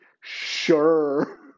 sure